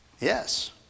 yes